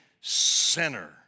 sinner